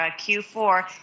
Q4